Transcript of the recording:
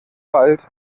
wald